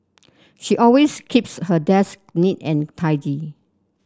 she always keeps her desk neat and tidy